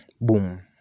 Boom